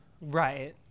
Right